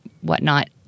whatnot